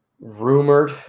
rumored